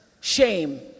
shame